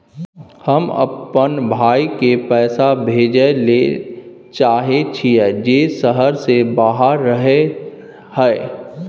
हम अपन भाई के पैसा भेजय ले चाहय छियै जे शहर से बाहर रहय हय